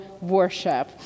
worship